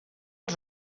als